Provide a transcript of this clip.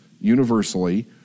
universally